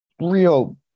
real